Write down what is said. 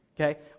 okay